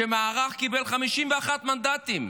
כשהמערך קיבל 51 מנדטים.